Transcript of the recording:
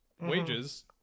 wages